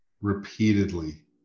repeatedly